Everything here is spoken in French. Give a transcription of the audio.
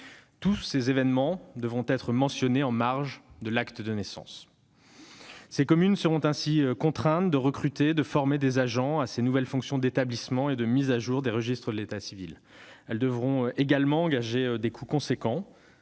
tous doivent être mentionnés en marge de l'acte de naissance. Ces communes seront ainsi contraintes de recruter et de former des agents à ces nouvelles fonctions d'établissement et de mise à jour des registres de l'état civil. Elles devront également engager des dépenses